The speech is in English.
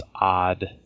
odd